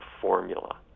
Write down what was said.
formula